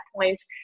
point